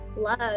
Love